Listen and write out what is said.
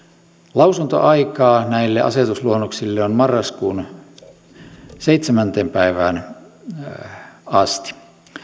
lausuntoaikaa näille asetusluonnoksille on marraskuun seitsemänteen päivään asti